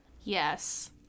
Yes